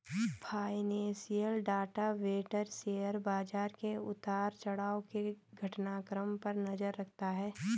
financial data vendor share बाजार के उतार चढ़ाव के घटनाक्रम पर नजर रखता है